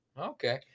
okay